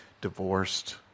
divorced